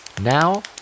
Now